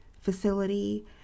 facility